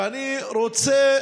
ואני רוצה